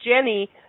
Jenny